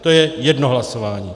To je jedno hlasování.